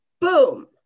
boom